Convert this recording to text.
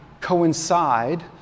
coincide